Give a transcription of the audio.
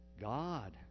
God